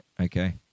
Okay